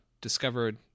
discovered